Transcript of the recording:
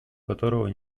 которого